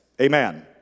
Amen